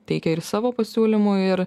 teikia ir savo pasiūlymų ir